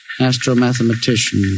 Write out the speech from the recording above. astro-mathematician